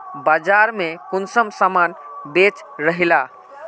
बाजार में कुंसम सामान बेच रहली?